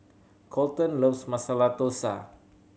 Kolten loves Masala Dosa